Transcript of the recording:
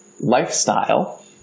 Lifestyle